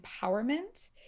empowerment